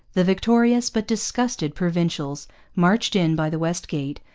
the victorious but disgusted provincials marched in by the west gate,